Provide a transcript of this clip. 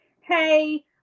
Hey